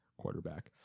quarterback